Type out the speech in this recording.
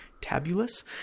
Tabulous